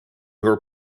her